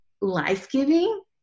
life-giving